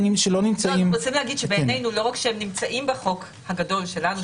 אנחנו רוצים להגיד שבעינינו לא רק שהם נמצאים בחוק הגדול שלנו,